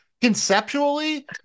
Conceptually